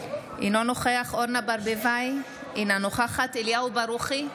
אינו נוכח אורנה ברביבאי, אינה נוכחת אליהו ברוכי,